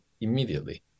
immediately